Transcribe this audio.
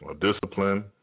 discipline